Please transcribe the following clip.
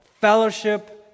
fellowship